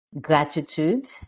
gratitude